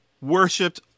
worshipped